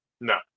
No